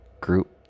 group